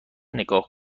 نگاه